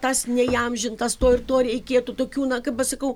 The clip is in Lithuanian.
tas neįamžintas to ir to reikėtų tokių na kaip aš sakau